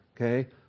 okay